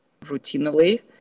routinely